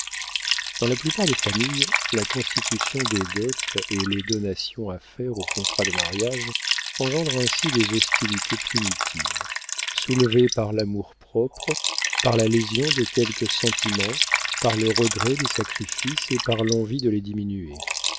dans la plupart des familles la constitution des dots et les donations à faire au contrat de mariage engendrent ainsi des hostilités primitives soulevées par l'amour-propre par la lésion de quelques sentiments par le regret des sacrifices et par l'envie de les diminuer